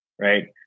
right